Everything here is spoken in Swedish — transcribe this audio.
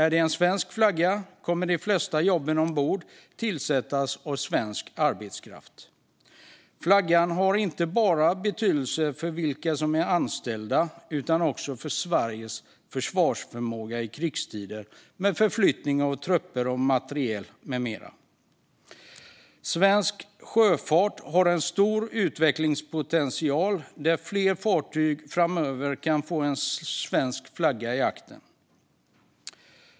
Om det är en svensk flagga kommer de flesta jobben ombord att tillsättas med svensk arbetskraft. Flaggan har betydelse inte bara för vilka som är anställda utan också för Sveriges försvarsförmåga i krigstid med förflyttning av trupper, materiel med mera. Svensk sjöfart har stor utvecklingspotential. Fler fartyg kan framöver få en svensk flagga i aktern.